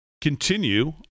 continue